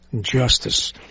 Justice